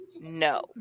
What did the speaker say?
no